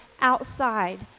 outside